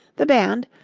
the band,